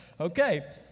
okay